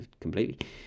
completely